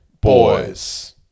Boys